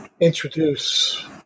introduce